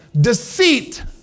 deceit